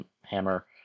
hammer